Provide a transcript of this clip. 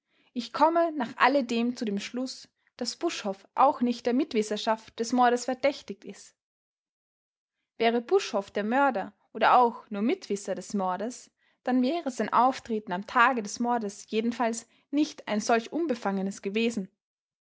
ich komme nach alledem zu dem schluß daß buschhoff auch nicht der mitwisserschaft des mordes verdächtig ist wäre buschhoff der mörder oder auch nur mitwisser des mordes dann wäre sein auftreten am tage des mordes jedenfalls nicht ein solch unbefangenes gewesen